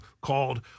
called